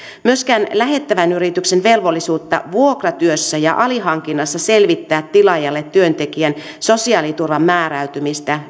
myöskään lähettävän yrityksen velvollisuus vuokratyössä ja alihankinnassa selvittää tilaajalle työntekijän sosiaaliturvan määräytymistä